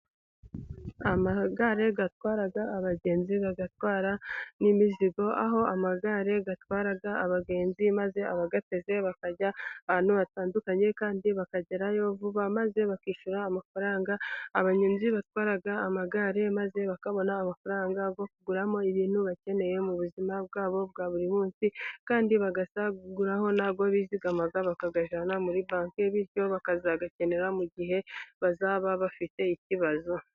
Amagare atwara abagenzi atwara n'imizigo. Aho amagare yatwara abagenzi maze abayateze bakajya ahantu hatandukanye, kandi bakagerayo vuba maze bakishyura amafaranga abanyonzi batwara amagare, maze bakabona amafaranga yo kuguramo ibintu bakeneye mu buzima bwabo bwa buri munsi. Kandi bagasagura nayo bizigama bakayajyana muri banki. Bityo bakazayakenera mu gihe bazaba bafite ikibazo.